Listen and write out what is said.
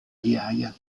ghiaia